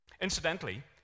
Incidentally